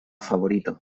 favorito